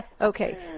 Okay